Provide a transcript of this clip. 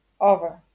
over